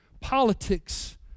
Politics